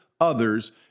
Others